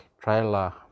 trailer